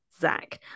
Zach